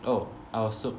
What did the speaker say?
oh I was sup~